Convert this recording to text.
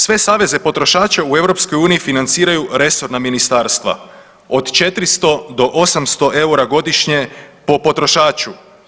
Sve saveze potrošača u EU financiraju resorna ministarstva od 400 do 800 eura godišnje po potrošaču.